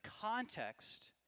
context